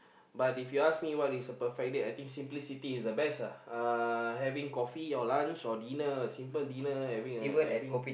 but if you ask me what is a perfect date I think simply sitting is the best uh having coffee or lunch or dinner simple dinner having a having